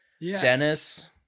Dennis